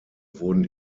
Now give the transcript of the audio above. wurden